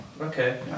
Okay